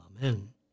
Amen